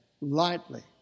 lightly